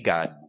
God